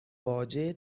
باجه